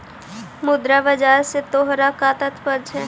मुद्रा बाजार से तोहरा का तात्पर्य हवअ